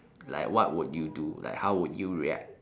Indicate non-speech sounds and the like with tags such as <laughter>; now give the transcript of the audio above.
<noise> like what would you do like how would you react